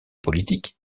politique